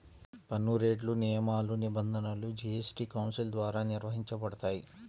పన్నురేట్లు, నియమాలు, నిబంధనలు జీఎస్టీ కౌన్సిల్ ద్వారా నిర్వహించబడతాయి